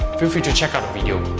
feel free to check out the video.